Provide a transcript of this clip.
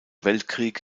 weltkrieg